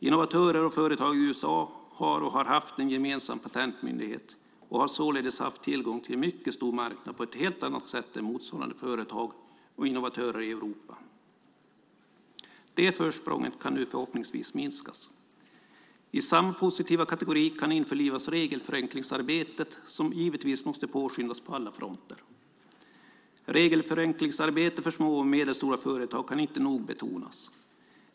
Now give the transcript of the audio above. Innovatörer och företag i USA har och har haft en gemensam patentmyndighet och har således haft tillgång till en mycket stor marknad på ett helt annat sätt än motsvarande företag och innovatörer i Europa. Det försprånget kan nu förhoppningsvis minskas. I samma positiva kategori kan införlivas regelförenklingsarbetet, som givetvis måste påskyndas på alla fronter. Regelförenklingsarbetet för små och medelstora företag kan inte nog betonas.